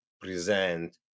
present